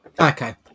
Okay